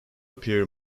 appear